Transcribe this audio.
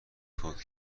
فوت